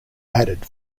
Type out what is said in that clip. added